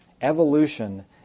evolution